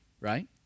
right